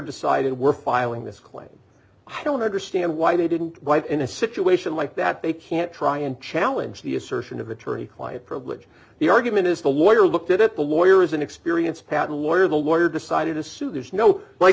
decided we're filing this claim i don't understand why they didn't buy it in a situation like that they can't try and challenge the assertion of attorney client privilege the argument is the lawyer looked at it the lawyer is an experience patent lawyer the lawyer decided a suit there's no like